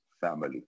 family